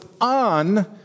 on